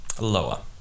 Lower